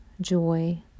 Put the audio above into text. joy